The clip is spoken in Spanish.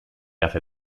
hace